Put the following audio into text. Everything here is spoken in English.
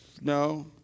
No